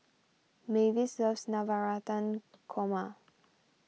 Mavis loves Navratan Korma